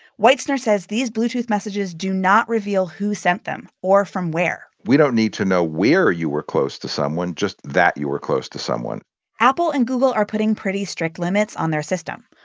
weitzner says these bluetooth messages do not reveal who sent them or from where we don't need to know where you were close to someone, just that you were close to someone apple and google are putting pretty strict limits on their system.